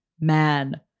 man